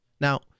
Now